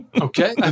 Okay